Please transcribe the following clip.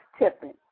tipping